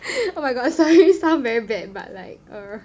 oh my god sorry sound very bad but like err